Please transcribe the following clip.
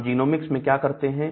हम जिनोमिक्स में क्या करते हैं